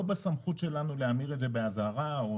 לא בסמכות שלנו להמיר את זה באזהרה.